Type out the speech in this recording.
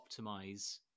optimize